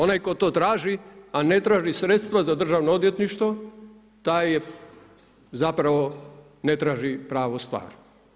Onaj tko to traži, a ne traži sredstva za državno odvjetništvo, taj zapravo ne traži pravu stvar.